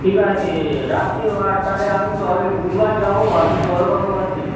ঠিক আছে রাখছি এবার তালে আমি কবে বুধবার যাবো আপনি কবে কবে বসেন